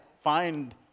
find